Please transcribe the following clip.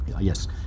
Yes